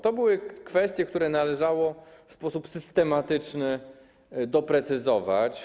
To były kwestie, które należało w sposób systematyczny doprecyzować.